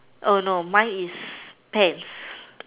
oh no mine is pants